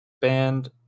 band